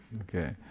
Okay